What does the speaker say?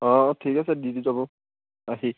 অঁ অঁ ঠিক আছে দি দি যাব আহি